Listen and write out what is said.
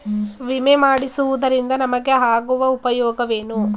ವಿಮೆ ಮಾಡಿಸುವುದರಿಂದ ನಮಗೆ ಆಗುವ ಉಪಯೋಗವೇನು?